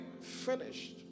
finished